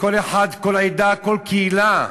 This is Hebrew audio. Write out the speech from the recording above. וכל אחת, כל עדה, כל קהילה,